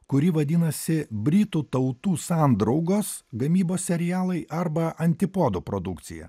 kuri vadinasi britų tautų sandraugos gamybos serialai arba antipodo produkcija